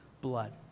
blood